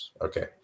Okay